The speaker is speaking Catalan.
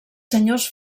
senyors